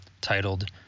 titled